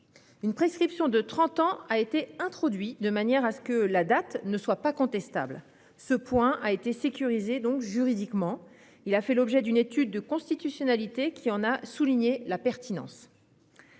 Une prescription de 30 ans a été introduit de manière à ce que la date ne soit pas contestable. Ce point a été sécurisé. Donc, juridiquement il a fait l'objet d'une étude de constitutionnalité qui en a souligné la pertinence.--